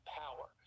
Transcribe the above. power